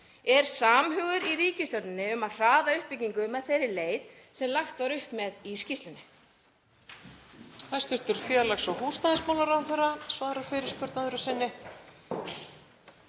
Er samhugur í ríkisstjórninni um að hraða uppbyggingu með þeirri leið sem lagt var upp með í skýrslunni?